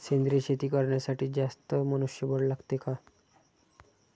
सेंद्रिय शेती करण्यासाठी जास्त मनुष्यबळ लागते का?